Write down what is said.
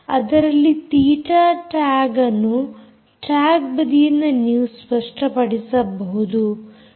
ಅದರಲ್ಲಿ ತೀಟ ಟ್ಯಾಗ್ ಅನ್ನು ಟ್ಯಾಗ್ ಬದಿಯಿಂದ ನೀವು ಸ್ಪಷ್ಟಪಡಿಸಬಹುದು